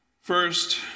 First